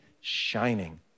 shining